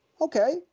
okay